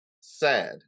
sad